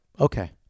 okay